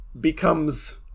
becomes